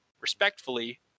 respectfully